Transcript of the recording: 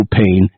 pain